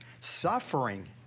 suffering